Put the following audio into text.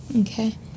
Okay